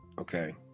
okay